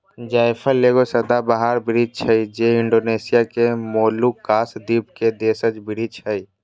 जायफल एगो सदाबहार वृक्ष हइ जे इण्डोनेशिया के मोलुकास द्वीप के देशज वृक्ष हइ